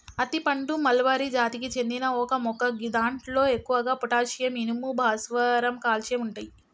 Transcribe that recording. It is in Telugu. అత్తి పండు మల్బరి జాతికి చెందిన ఒక మొక్క గిదాంట్లో ఎక్కువగా పొటాషియం, ఇనుము, భాస్వరం, కాల్షియం ఉంటయి